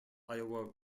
iowa